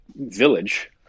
village